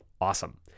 awesome